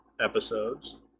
episodes